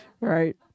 Right